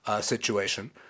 situation